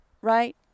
right